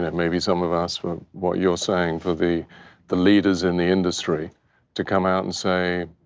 maybe, some of us, what what you're saying, for the the leaders in the industry to come out and say,